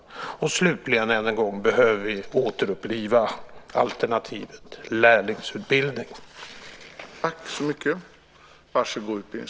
Slutligen, än en gång, behöver vi återuppliva alternativet lärlingsutbildning.